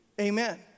Amen